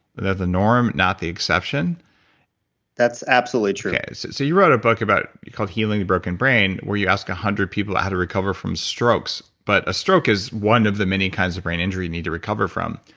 the the norm not the exception that's absolutely true okay, so so you wrote a book called healing the broken brain where you ask a hundred people how to recover from strokes. but a stroke is one of the many kinds of brain injury you need to recover from.